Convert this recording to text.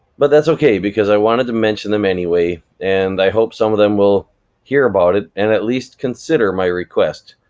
but that's okay, because i wanted to mention them anyway, and i hope some of them will hear about it and at least consider my request,